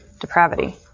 Depravity